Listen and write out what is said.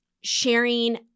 sharing